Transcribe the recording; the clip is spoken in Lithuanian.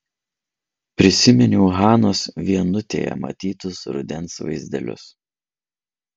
prisiminiau hanos vienutėje matytus rudens vaizdelius